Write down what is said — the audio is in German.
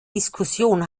diskussion